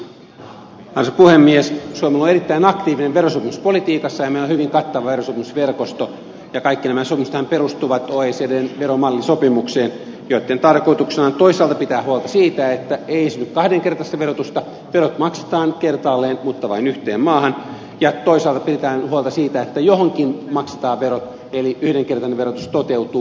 suomi on ollut erittäin aktiivinen verosopimuspolitiikassa ja meillä on hyvin kattava verosopimusverkosto ja kaikki nämä sopimuksethan perustuvat oecdn malliverosopimukseen jonka tarkoituksena on toisaalta pitää huolta siitä että ei synny kahdenkertaista verotusta verot maksetaan kertaalleen mutta vain yhteen maahan ja toisaalta pidetään huolta siitä että johonkin maksetaan verot eli yhdenkertainen verotus toteutuu